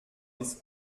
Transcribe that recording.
bis